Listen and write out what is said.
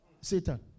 Satan